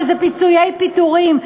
שזה פיצויי פיטורים,